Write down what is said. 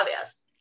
obvious